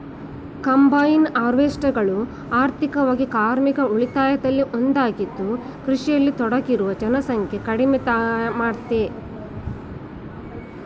combine ಹಾರ್ವೆಸ್ಟರ್ಗಳು ಆರ್ಥಿಕವಾಗಿ ಕಾರ್ಮಿಕ ಉಳಿತಾಯದಲ್ಲಿ ಒಂದಾಗಿದ್ದು ಕೃಷಿಯಲ್ಲಿ ತೊಡಗಿರುವ ಜನಸಂಖ್ಯೆ ಕಡಿಮೆ ಮಾಡ್ತದೆ